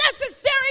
necessary